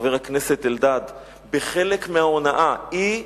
חבר הכנסת אלדד בחלק מההונאה, היא,